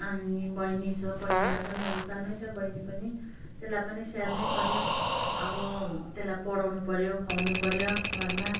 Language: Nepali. अनि बहिनी छ बहिनीलाई पनि अब सानै छ बहिनी पनि त्यसलाई पनि स्याहार्नै पऱ्यो अब त्यसलाई पढाउनु पऱ्यो खुवाउनु पऱ्यो घरमा